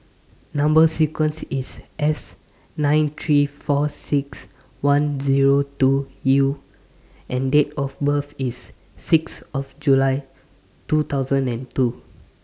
Number sequence IS S nine three four six one Zero two U and Date of birth IS six of July two thousand and two